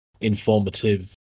informative